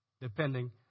depending